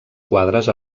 quadres